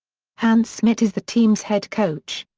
hans smit is the team's head coach.